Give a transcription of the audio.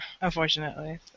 unfortunately